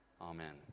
Amen